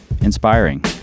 inspiring